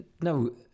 no